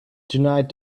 tonight